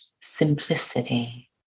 simplicity